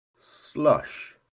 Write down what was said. Slush